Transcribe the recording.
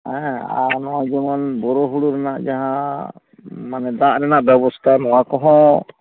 ᱦᱮᱸ ᱟᱨ ᱱᱚᱣᱟ ᱡᱮᱢᱚᱱ ᱵᱳᱨᱳ ᱦᱩᱲᱩ ᱨᱮᱱᱟᱜ ᱡᱟᱦᱟᱸ ᱢᱟᱱᱮ ᱫᱟᱜ ᱨᱮᱱᱟᱜ ᱵᱮᱵᱚᱥᱛᱷᱟ ᱱᱚᱣᱟ ᱠᱚᱦᱚᱸ